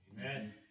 Amen